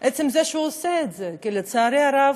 מעצם זה שהוא עושה את זה, כי לצערי הרב,